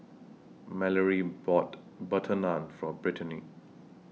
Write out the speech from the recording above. Malorie bought Butter Naan For Brittaney